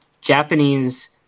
Japanese